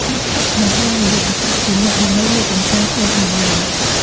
មិត្តពិតមិនដើរនិយាយអាក្រក់ពីអ្នក ដើម្បីលើកតម្កើងខ្លួនឯងឡើយ។